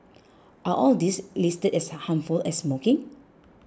are all these listed as harmful as smoking